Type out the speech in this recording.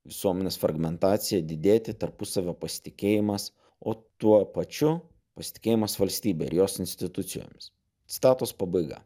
visuomenės fragmentacija didėti tarpusavio pasitikėjimas o tuo pačiu pasitikėjimas valstybe ir jos institucijomis citatos pabaiga